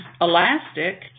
elastic